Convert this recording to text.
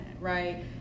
Right